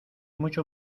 mucho